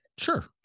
Sure